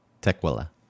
tequila